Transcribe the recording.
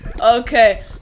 Okay